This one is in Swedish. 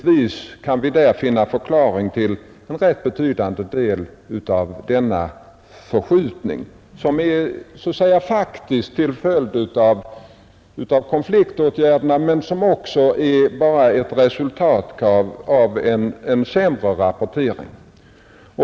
Vi kan räkna med att en rätt betydande del av denna förskjutning är en följd av konfliktåtgärderna men att den också får ses såsom ett resultat av en sämre rapportering.